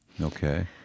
Okay